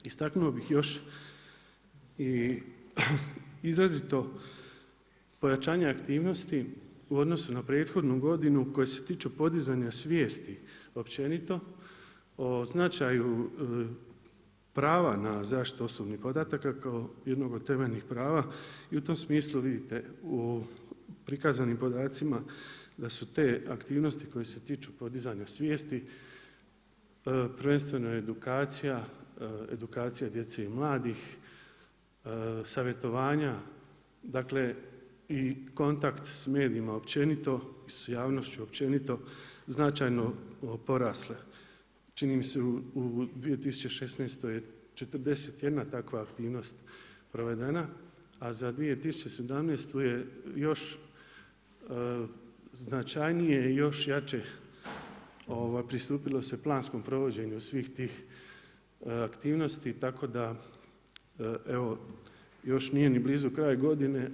Istaknuo bih još i izrazito pojačanje aktivnosti u odnosu na prethodnu godinu koje se tiču podizanja svijesti općenito o značaju prava na zaštitu osobnih podataka kao jednog od temeljnih prava i u tom smislu vidite u prikazanim podacima da su te aktivnosti koje se tiču podizanja svijesti prvenstveno edukacija, edukacija djece i mladih, savjetovanja, dakle i kontakt s medijima općenito, sa javnošću općenito značajno porasle čini mi se u 2016. je 41 takva aktivnost provedena, a za 2017. je još značajnije, još jače pristupilo se planskom provođenju svih tih aktivnosti tako da evo još nije ni blizu kraj godine.